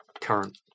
current